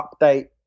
update